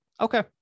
Okay